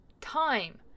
time